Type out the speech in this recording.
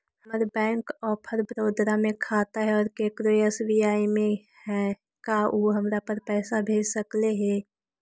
हमर Bank of Baroda में खाता है और केकरो एस.बी.आई में है का उ हमरा पर पैसा भेज सकले हे?